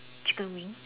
chicken wing